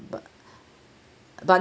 but but